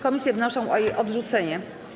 Komisje wnoszą o jej odrzucenie.